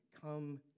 come